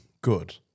good